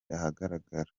ahagaragara